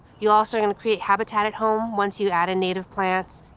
you'll also create habitat at home once you add in native plants.